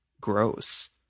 gross